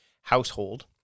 household